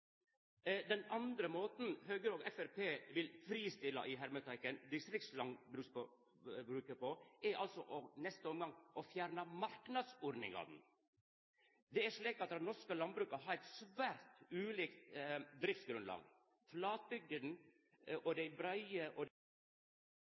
Den andre måten Høgre og Framstegspartiet vil «fristilla» distriktslandbruket på, er i neste omgang å fjerna marknadsordningane. Det er slik at det norske landbruket har eit svært ulikt driftsgrunnlag. Flatbygdene og det